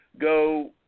go